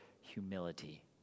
humility